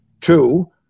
Two